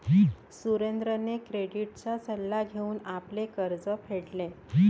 सुरेंद्रने क्रेडिटचा सल्ला घेऊन आपले कर्ज फेडले